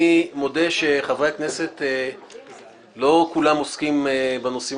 אני מודה שלא כל חברי הכנסת עוסקים בנושאים